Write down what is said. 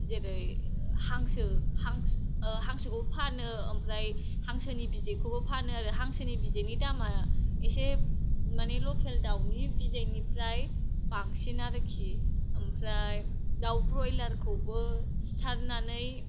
जेरै हांसो हांसोखौ फानो ओमफ्राय हांसोनि बिदैखौबो फानो आरो हांसोनि बिदैनि दामा एसे मानि लखेल दावनि बिदैनिफ्राय बांसिन आरोखि ओमफ्राय दाव ब्रयलारखौबो सिथारनानै